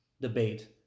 debate